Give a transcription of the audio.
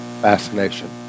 fascination